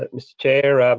ah mr chair. ah